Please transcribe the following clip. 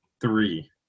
three